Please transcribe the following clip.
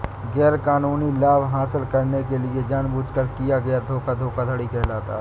गैरकानूनी लाभ हासिल करने के लिए जानबूझकर किया गया धोखा धोखाधड़ी कहलाता है